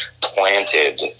planted